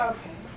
Okay